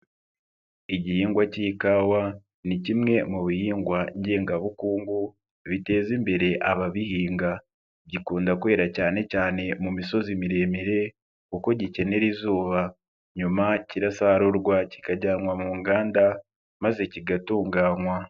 Igihingwa cy'ikawa ni kimwe mu bihingwa ngengabukungu biteza imbere ababihinga, gikunda kwera cyane cyane mu misozi miremire kuko gikenera izuba, nyuma kirasarurwa kikajyanwa mu nganda maze kigatunganywa.